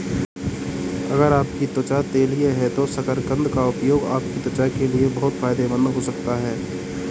अगर आपकी त्वचा तैलीय है तो शकरकंद का उपयोग आपकी त्वचा के लिए बहुत फायदेमंद हो सकता है